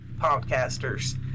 Podcasters